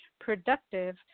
productive